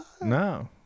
No